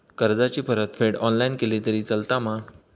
कर्जाची परतफेड ऑनलाइन केली तरी चलता मा?